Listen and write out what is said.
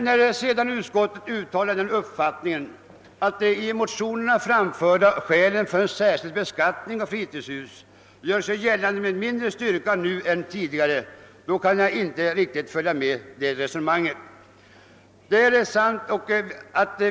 När sedan utskottet uttalar den uppfattningen att de av motionärerna framförda skälen för en särskild beskattning av fritidshus gör sig gällande med mindre styrka nu än tidigare kan jag emellertid inte följa med i resonemanget.